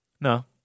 No